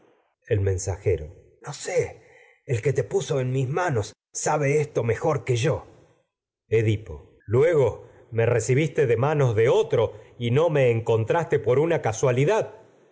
el mensajero no esto sé el que te puso en mis manos sabe mejor que yo edipo luego me recibiste de manos de otro y no me encontraste por una casualidad